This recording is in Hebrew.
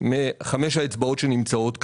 מחמש האצבעות שנמצאות כאן.